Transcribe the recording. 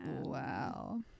Wow